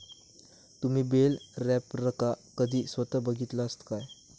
तुम्ही बेल रॅपरका कधी स्वता बघितलास काय?